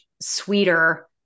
sweeter